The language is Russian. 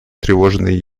тревожные